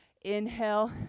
inhale